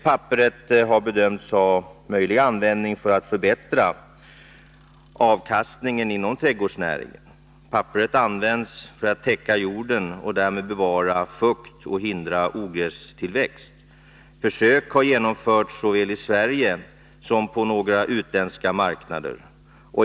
Papperet har bedömts ha en möjlig användning för att förbättra avkastningen inom trädgårdsnäringen. Papperet används för att täcka jorden och därmed bevara fukt och hindra ogrästillväxt. Försök har genomförts såväl i Sverige som på några utländska marknader.